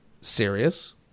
serious